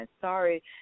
sorry